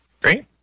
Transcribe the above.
Great